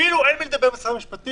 כאילו אין עם מי לדבר במשרד המשפטים,